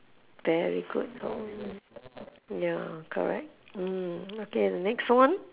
very good ya correct mm okay the next one